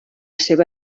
seva